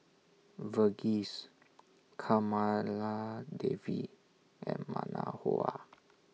Verghese Kamaladevi and